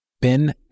Ben